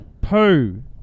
poo